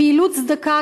פעילות צדקה,